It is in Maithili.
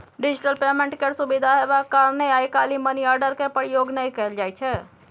डिजिटल पेमेन्ट केर सुविधा हेबाक कारणेँ आइ काल्हि मनीआर्डर केर प्रयोग नहि कयल जाइ छै